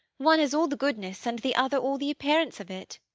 one has all the goodness and the other all the appearance of it.